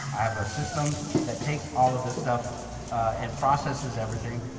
i have a system that takes all of this stuff and processes everything,